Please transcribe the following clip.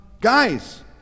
guys